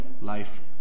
life